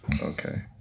Okay